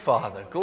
Father